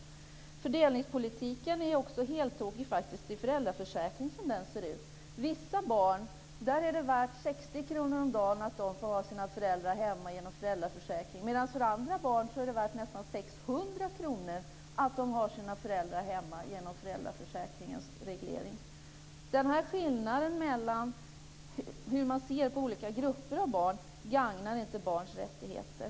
Fördelningspolitiken är också heltokig i föräldraförsäkringen som den ser ut i dag. För vissa barn är det värt 60 kr om dagen att de får ha sina föräldrar hemma genom föräldraförsäkringen. Men för andra barn är det värt nästan 600 kr om dagen att de får ha sina föräldrar hemma genom föräldraföräkringens reglering. Den här skillnaden i hur man ser på olika grupper av barn gagnar inte barns rättigheter.